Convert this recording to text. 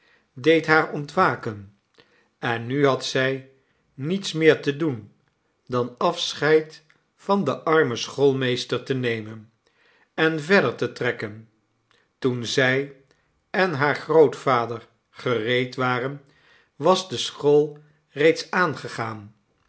deed haar ontwaken en nu had zij niets meer te doen dan afscheid van den armen schoolmeester te nemen en verder te trekken toen zij en haar grootvader gereed waren was de school reeds aangegaan